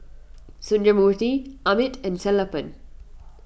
Sundramoorthy Amit and Sellapan